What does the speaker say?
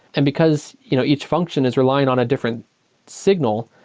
and because you know each function is relying on a different signal,